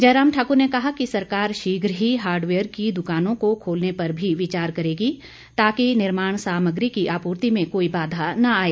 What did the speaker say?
जयराम ठाकुर ने कहा कि सरकार शीघ्र ही हार्डवेयर की दुकानों को खोलने पर भी विचार करेगी ताकि निर्माण सामग्री की आपूर्ति में कोई बाधा न आए